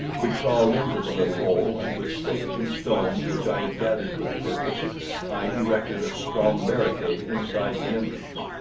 we crawled into the little hole, and with sticks and stones which i had gathered for the purpose i erected a strong barricade inside the entrance.